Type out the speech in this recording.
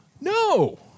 No